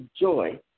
joy